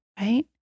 right